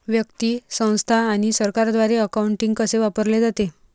व्यक्ती, संस्था आणि सरकारद्वारे अकाउंटिंग कसे वापरले जाते